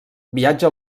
viatja